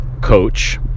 coach